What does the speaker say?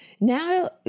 now